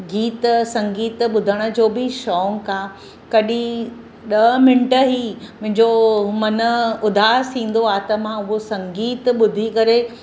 गीत संगीत ॿुधण जो बि शौंक़ु आहे कॾहिं ॿ मिंट ई मुंहिंजो मनु उदासु थींदो आहे त मां उहो संगीतु ॿुधी करे